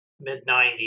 mid-90s